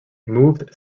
moved